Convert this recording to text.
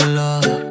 love